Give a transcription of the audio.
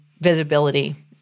visibility